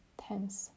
tense